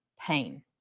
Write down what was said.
pain